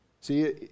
See